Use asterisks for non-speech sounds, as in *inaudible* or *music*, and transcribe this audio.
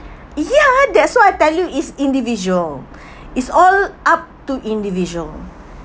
ya that's why I tell you is individual *breath* is all up to individual